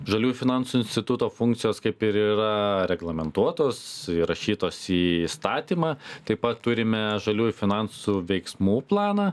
žaliųjų finansų instituto funkcijos kaip ir yra reglamentuotos įrašytos į įstatymą taip pat turime žaliųjų finansų veiksmų planą